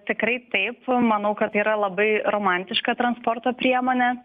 tikrai taip manau kad tai yra labai romantiška transporto priemonė